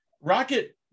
rocket